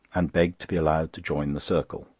and begged to be allowed to join the circle.